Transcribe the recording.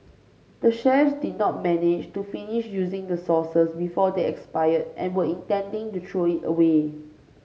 the chefs did not manage to finish using the sauces before they expired and were intending to throw away